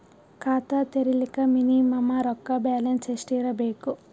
ಖಾತಾ ತೇರಿಲಿಕ ಮಿನಿಮಮ ರೊಕ್ಕ ಬ್ಯಾಲೆನ್ಸ್ ಎಷ್ಟ ಇರಬೇಕು?